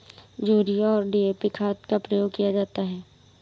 urea और DAP खाद का प्रयोग किया जाता है